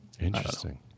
Interesting